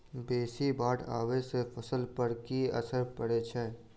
बेसी बाढ़ आबै सँ फसल पर की असर परै छै?